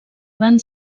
van